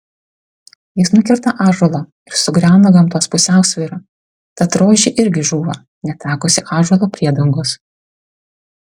jis nukerta ąžuolą ir sugriauna gamtos pusiausvyrą tad rožė irgi žūva netekusi ąžuolo priedangos